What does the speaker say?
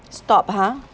stop ha